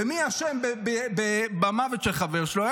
ומי אשם במוות של חבר שלו?